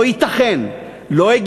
לא ייתכן,